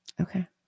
okay